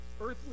earthly